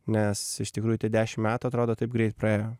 nes iš tikrųjų tie dešim metų atrodo taip greit praėjo